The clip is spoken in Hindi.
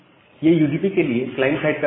यह यूडीपी के लिए क्लाइंट साइड का कोड है